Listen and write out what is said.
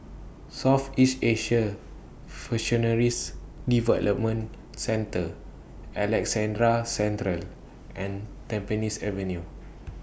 Southeast Asian Development Centre Alexandra Central and Tampines Avenue